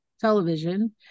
television